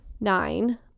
Nine